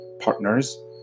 partners